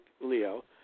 Leo